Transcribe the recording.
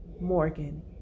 Morgan